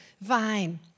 vine